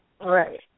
Right